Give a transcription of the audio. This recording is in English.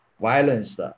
violence